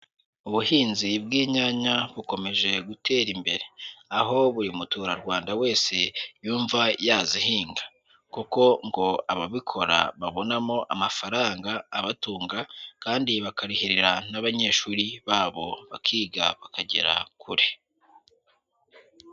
Ubuhinzi bw'inyanya bukomeje gutera imbere, aho buri muturarwanda wese yumva yazihinga kuko ngo ababikora babonamo amafaranga abatunga kandi bakarihirira n'abanyeshuri babo bakiga bakagera kure.